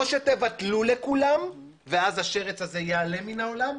או תבטלו לכולם, ואז השרץ הזה ייעלם מהעולם,